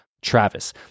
Travis